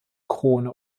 krone